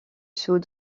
sous